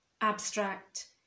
abstract